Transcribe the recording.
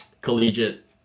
collegiate